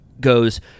goes